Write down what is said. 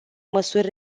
măsuri